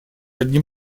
одним